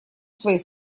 своей